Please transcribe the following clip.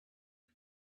who